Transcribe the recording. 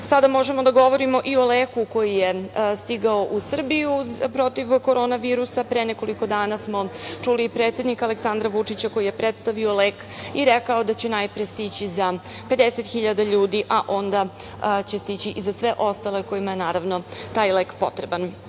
možemo da govorimo i o leku koji je stigao u Srbiju protiv korona virusa. Pre nekoliko dana smo čuli i predsednika Aleksandra Vučića koji je predstavio lek i rekao da će najpre stići za 50 hiljada ljudi, a onda će stići i za sve ostale kojima je naravno taj lek potreban. Osim